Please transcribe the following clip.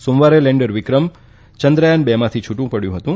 સોમવારે લેન્ડર વિક્રમ ચંદ્રયાન બે માંથી છુટુ પડયું હતું